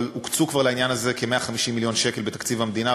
אבל הוקצו כבר לעניין הזה כ-150 מיליון שקל בתקציב המדינה,